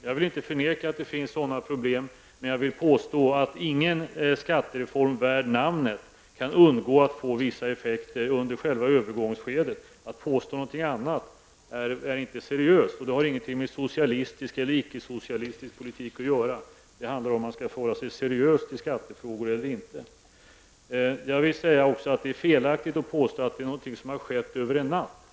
Jag vill inte förneka att det finns sådana problem, men jag vill påstå att ingen skattereform värd namnet kan undgå att få vissa effekter under övergångsskedet. Att påstå någonting annat är inte seriöst. Det har inte med socialistisk eller icke-socialistisk politik att göra, utan det handlar om att förhålla sig seriöst till skattefrågan eller inte. Jag vill också säga att det är felaktigt att påstå att det är någonting som har skett över en natt.